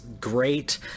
great